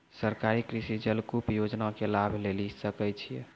सरकारी कृषि जलकूप योजना के लाभ लेली सकै छिए?